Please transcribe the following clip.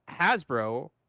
Hasbro